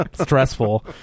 stressful